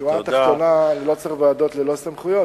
בשורה התחתונה, אני לא צריך ועדות ללא סמכויות.